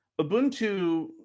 Ubuntu